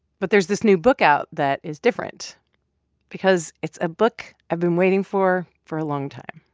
but there's this new book out that is different because it's a book i've been waiting for for a long time.